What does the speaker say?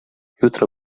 jutro